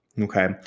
Okay